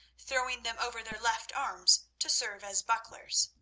throwing them over their left arms to serve as bucklers.